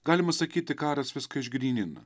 galima sakyti karas viską išgrynina